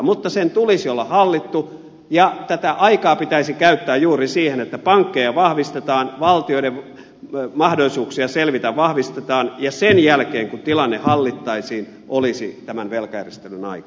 mutta sen tulisi olla hallittu ja tätä aikaa pitäisi käyttää juuri siihen että pankkeja vahvistetaan valtioiden mahdollisuuksia selvitä vahvistetaan ja sen jälkeen kun tilanne hallittaisiin olisi tämän velkajärjestelyn aika